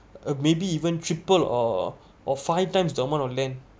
uh maybe even triple or or five times the amount of land